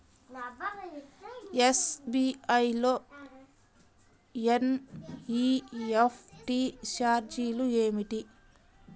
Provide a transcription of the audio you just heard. SBI లో NEFT ఛార్జీలు ఏమిటి?